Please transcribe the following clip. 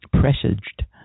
presaged